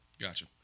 Gotcha